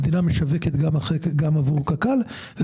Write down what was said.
המדינה משווקת גם עבור קק"ל.